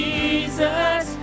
Jesus